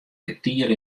kertier